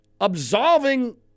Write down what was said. absolving